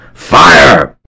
Fire